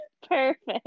Perfect